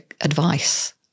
advice